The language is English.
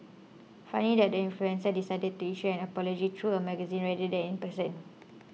funny that the influencer decided to issue an apology through a magazine rather than in person